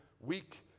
weak